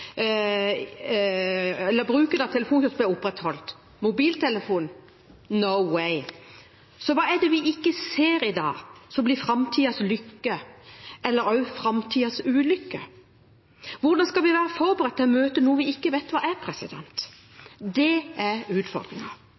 eller også framtidens ulykke? Hvordan skal vi være forberedt på å møte noe vi ikke vet hva er? Det er